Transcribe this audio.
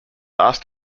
asked